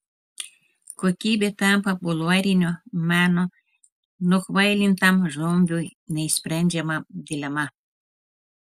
kokybė tampa bulvarinio meno nukvailintam zombiui neišsprendžiama dilema